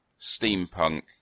steampunk